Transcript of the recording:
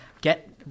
get